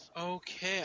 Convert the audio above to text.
Okay